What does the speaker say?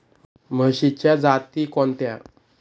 म्हशीच्या जाती कोणत्या?